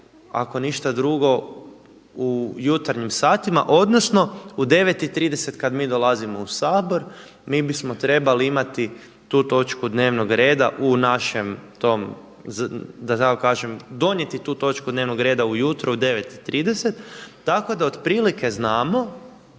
ako ništa drugo u jutarnjim satima odnosno u 9,30 kad mi dolazimo u Sabor, mi bismo trebali imati tu točnu dnevnog reda u našem tom, da tako kažem, donijeti tu točku dnevnog reda ujutro u 9,30 tako da otprilike znamo